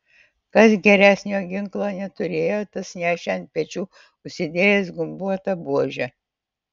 kas geresnio ginklo neturėjo tas nešė ant pečių užsidėjęs gumbuotą buožę